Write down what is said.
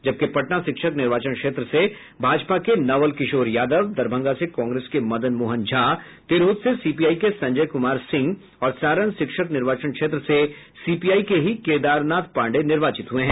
जबकि पटना शिक्षक निर्वाचन क्षेत्र से भाजपा के नवल किशोर यादव दरभंगा से कांग्रेस के मदन मोहन झा तिरहुत से सीपीआई के संजय कुमार सिंह और सारण शिक्षक निर्वाचन क्षेत्र से सीपीआई के ही केदारनाथ पांडेय निर्वाचित हुये हैं